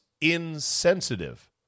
insensitive